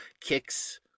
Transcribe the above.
kicks